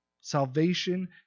Salvation